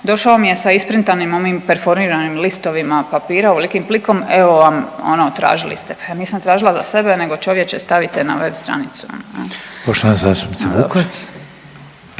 došao mi je sa isprintanim onim perforiranim listovima papira ovolikim plikom, evo vam ono tražili ste. Ja nisam tražila za sebe nego čovječe stavite na web stranicu. **Reiner, Željko